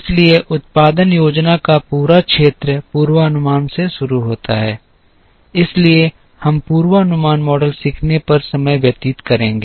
इसलिए उत्पादन योजना का पूरा क्षेत्र पूर्वानुमान से शुरू होता है इसलिए हम पूर्वानुमान मॉडल सीखने पर समय व्यतीत करेंगे